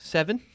Seven